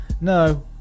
No